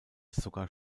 sogar